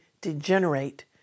degenerate